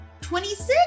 26